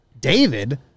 David